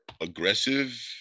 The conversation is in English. aggressive